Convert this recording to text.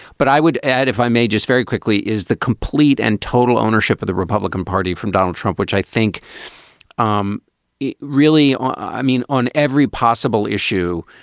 but i would add, if i may, just very quickly, is the complete and total ownership of the republican party from donald trump, which i think um really i mean, on every possible issue,